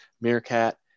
Meerkat